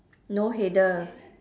no header